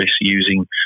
using